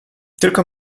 tylko